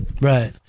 Right